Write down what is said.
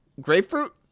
grapefruit